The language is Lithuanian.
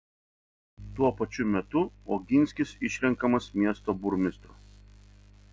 tuo pačiu metu oginskis išrenkamas miesto burmistru